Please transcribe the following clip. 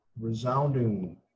Resounding